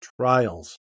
trials